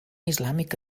islàmic